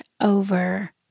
over